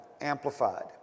amplified